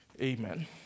Amen